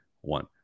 one